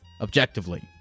objectively